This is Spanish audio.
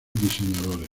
diseñadores